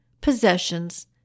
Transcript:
possessions